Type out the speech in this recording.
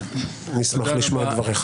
נשמח לשמוע את דבריך.